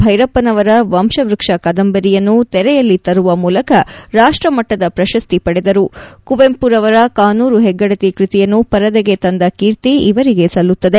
ಭೈರಪ್ಪನವರ ವಂಶವೃಕ್ಷ ಕಾದಂಬರಿಯನ್ನು ತೆರೆಯಲ್ಲಿ ತರುವ ಮೂಲಕ ರಾಷ್ಟ ಮಟ್ಟದ ಪ್ರಶಸ್ತಿ ಪಡೆದರು ಕುವೆಂಪುರವರ ಕಾನೂರು ಹೆಗ್ಗಡತಿ ಕೃತಿಯನ್ನು ಪರದೆಗೆ ತಂದ ಕೀರ್ತಿ ಇವರಿಗೆ ಸಲ್ಲುತ್ತದೆ